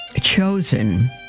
chosen